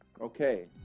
Okay